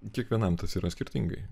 kiekvienam tas yra skirtingai